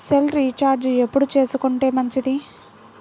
Cell recharge ఎప్పుడు చేసుకొంటే మంచిది?